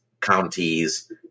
counties